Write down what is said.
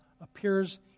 appears